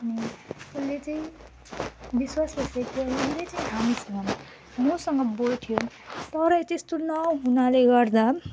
अनि उसले चाहिँ विश्वास सोचेको उसले चाहिँ हामीसँग मसँग बोल्थ्यो तरै त्यस्तो नहुनाले गर्दा